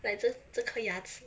like 这这颗牙齿